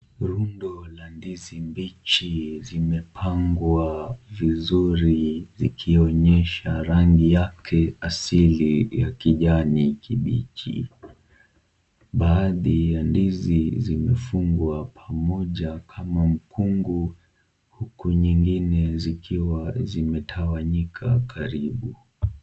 Rundo la ndizi mbichi zimepangwa vizuri vikionyesha rangi yake asili ya kijani kibichi. Baadhi ya ndizi zimefungwa pamoja kama mkungu huku nyingine zikiwa zimetawanyika karibu.